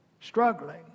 struggling